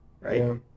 Right